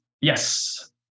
Yes